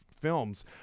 films